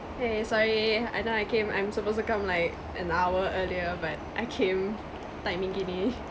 !hey! sorry I know I came I'm supposed to come like an hour earlier but I came timing gini